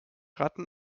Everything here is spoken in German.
ratten